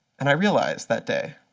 and i realized that day,